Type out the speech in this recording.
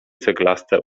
ceglaste